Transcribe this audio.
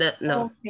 no